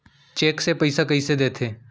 Cheque से पइसा कइसे देथे?